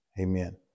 Amen